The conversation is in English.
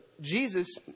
Jesus